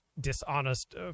dishonest